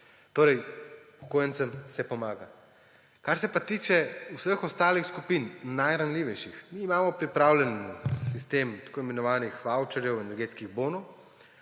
Torej upokojencem se pomaga. Kar se pa tiče vseh ostalih skupin najranljivejših, imamo mi pripravljen sistem tako imenovanih vavčerjev, energetskih bonov.